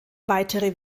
weitere